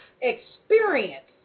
experience